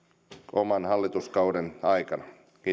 oman hallituskauden aikana